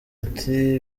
ati